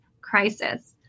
crisis